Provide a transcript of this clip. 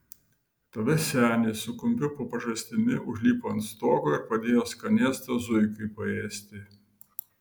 tada senis su kumpiu po pažastimi užlipo ant stogo ir padėjo skanėstą zuikiui paėsti